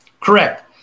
Correct